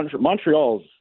montreal's